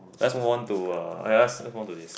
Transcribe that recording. let's move on to uh let's move on to this